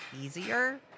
easier